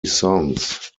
sons